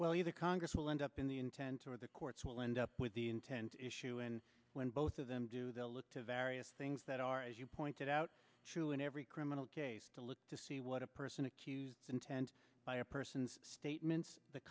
you the congress will end up in the intent or the courts will end up with the intent issue and when both of them do they'll look to various things that are as you pointed out true in every criminal case to look to see what a person accused intend by a person's statements the